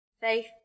faith